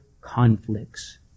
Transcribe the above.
conflicts